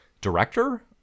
director